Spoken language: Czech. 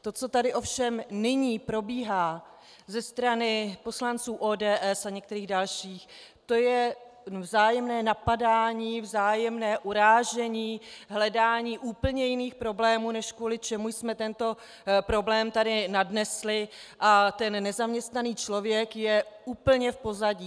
To, co tady ovšem nyní probíhá ze strany poslanců ODS a některých dalších, to je vzájemné napadání, vzájemné urážení, hledání úplně jiných problémů, než kvůli čemu jsme tento problém tady nadnesli, a nezaměstnaný člověk je úplně v pozadí.